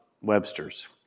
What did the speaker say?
Webster's